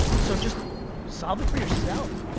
so just solve it for yourself.